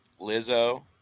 lizzo